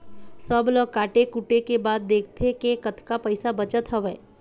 सब ल काटे कुटे के बाद देखथे के कतका पइसा बचत हवय